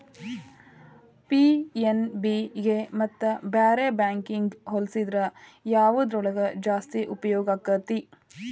PNB ಗೆ ಮತ್ತ ಬ್ಯಾರೆ ಬ್ಯಾಂಕಿಗ್ ಹೊಲ್ಸಿದ್ರ ಯವ್ದ್ರೊಳಗ್ ಜಾಸ್ತಿ ಉಪ್ಯೊಗಾಕ್ಕೇತಿ?